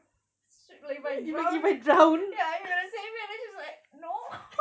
if I drown then are you gonna save me and then she's like no